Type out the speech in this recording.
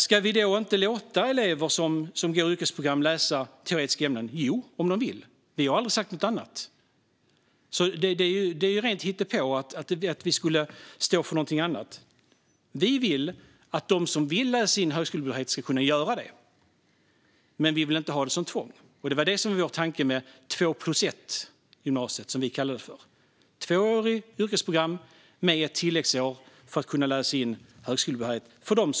Ska vi inte låta elever som går på yrkesprogram läsa teoretiska ämnen? Jo, om de vill det. Vi har aldrig sagt något annat. Det är rent hittepå att vi skulle stå för något sådant. Vi vill att de som vill läsa in högskolebehörighet ska kunna göra det, men vi vill inte ha det som tvång. Det är det som ligger bakom vår tanke med två-plus-ett-gymnasiet, som vi kallar det, med två år på yrkesprogram och ett tilläggsår där de som så vill kan läsa in högskolebehörighet.